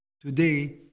Today